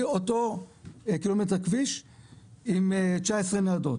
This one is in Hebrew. אני אותו קילומטר כביש עם תשע עשרה ניידות,